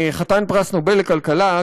חתן פרס נובל לכלכלה,